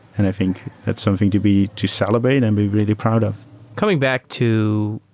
and i think that's something to be to celebrate and be really proud of coming back to